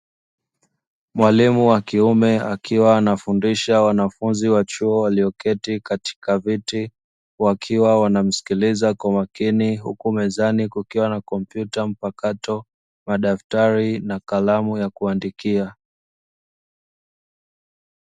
Mwalimu wa kiume akiwa anafundisha wanafunzi wa chuo waliyoketi katika viti, wakiwa wanamsikiliza kwa makini huku mezani kukiwa na kompyuta mpakato, madaftari na kalamu ya kuandikia.